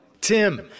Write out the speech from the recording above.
Tim